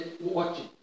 watching